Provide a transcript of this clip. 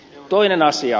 toinen asia